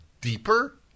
deeper